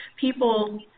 people